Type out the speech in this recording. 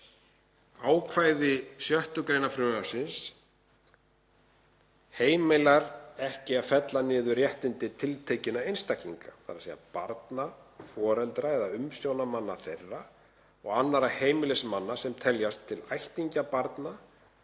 Ákvæði 6. gr. frumvarpsins heimilar ekki að fella niður réttindi tiltekinna einstaklinga, þ.e. barna, foreldra eða umsjónarmanna þeirra og annarra heimilismanna sem teljast til ættingja barna,